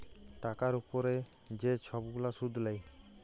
টাকার উপরে যে ছব গুলা সুদ লেয়